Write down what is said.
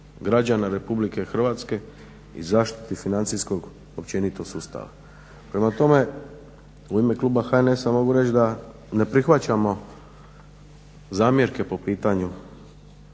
građana RH i zaštiti financijskog općenito sustava. Prema tome, u ime kluba HNS-a mogu reći da ne prihvaćamo zamjerke po pitanju